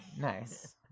Nice